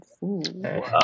Wow